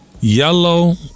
yellow